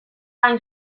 hain